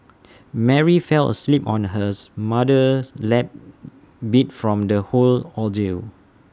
Mary fell asleep on hers mother's lap beat from the whole ordeal